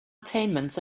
attainments